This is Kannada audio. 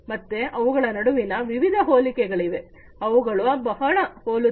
ಮತ್ತೆ ಅವುಗಳ ನಡುವೆ ವಿವಿಧ ಹೋಲಿಕೆಗಳಿವೆ ಅವುಗಳು ಬಹಳ ಹೋಲುತ್ತವೆ